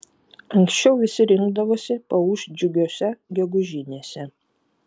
anksčiau visi rinkdavosi paūžt džiugiose gegužinėse